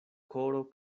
koro